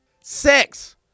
Sex